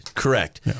Correct